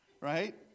Right